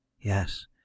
Yes